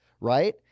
right